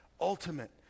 ultimate